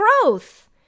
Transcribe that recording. growth